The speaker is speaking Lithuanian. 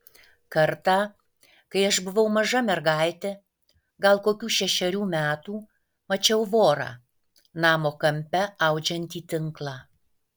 kartą kai aš buvau maža mergaitė gal kokių šešerių metų mačiau vorą namo kampe audžiantį tinklą